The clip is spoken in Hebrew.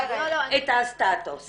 שכתב את הסטטוס.